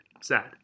sad